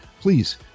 please